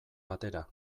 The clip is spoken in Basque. batera